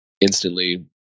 instantly